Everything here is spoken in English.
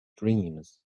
dreams